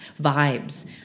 vibes